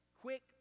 quick